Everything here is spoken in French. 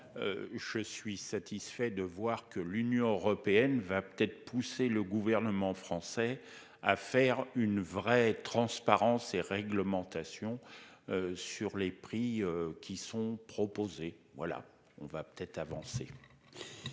Je suis satisfait de voir que l'Union européenne va peut-être inciter le gouvernement français à imposer une réelle transparence et une réglementation sur les prix proposés. Nous allons peut-être avancer